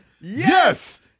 Yes